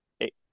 eight